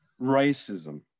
Racism